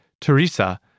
Teresa